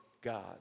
God